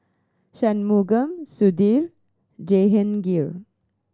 Shunmugam Sudhir Jehangirr